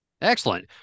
Excellent